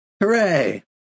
Hooray